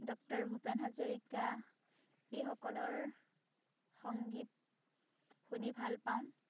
doctor Bhupen Hazarika এইসকলৰ সংগীত শুনি ভালপাওঁ